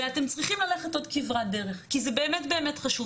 ואתם צריכים ללכת עוד כברת דרך כי זה באמת חשוב.